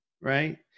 right